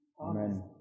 Amen